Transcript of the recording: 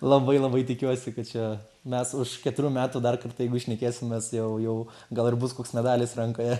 labai labai tikiuosi kad čia mes už keturių metų dar kartą jeigu šnekėsimės jau jau gal ir bus koks medalis rankoje